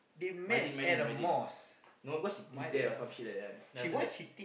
Mydin Mydin Mydin no because he teach there or some shit like that then after that